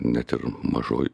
net ir mažoj